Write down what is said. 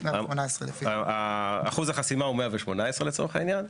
ב-5, אחוז החסימה הוא 118 לצורך העניין,